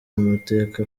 amateka